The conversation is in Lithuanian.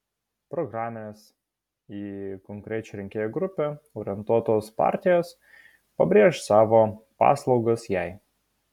programinės į konkrečią rinkėjų grupę orientuotos partijos pabrėš savo paslaugas jai